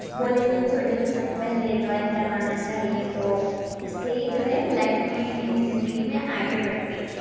بولے کہ چھوٹے بچوں کو پہلے ڈرائنگ کروانا چاہیے تو اس سے ہی جو ہے لائف میں یعنی زندگی میں آگے بڑھتے